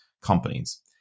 companies